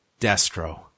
Destro